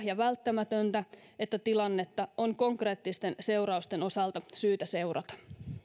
ja välttämätöntä että tilannetta on konkreettisten seurausten osalta syytä seurata